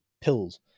pills